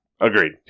Agreed